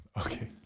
Okay